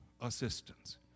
assistance